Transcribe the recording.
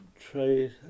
Trade